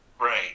Right